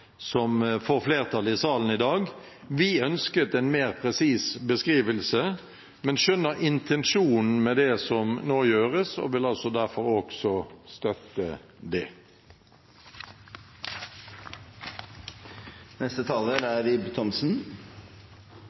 som får flertall i salen i dag. Vi ønsket en mer presis beskrivelse, men skjønner intensjonen med det som nå gjøres, og vil derfor også støtte det. Vår oppgave i denne sal er